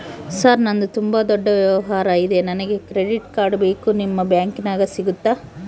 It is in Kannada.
ಸರ್ ನಂದು ತುಂಬಾ ದೊಡ್ಡ ವ್ಯವಹಾರ ಇದೆ ನನಗೆ ಕ್ರೆಡಿಟ್ ಕಾರ್ಡ್ ಬೇಕು ನಿಮ್ಮ ಬ್ಯಾಂಕಿನ್ಯಾಗ ಸಿಗುತ್ತಾ?